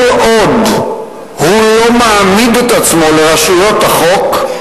כל עוד הוא לא מעמיד את עצמו לרשויות החוק,